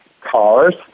cars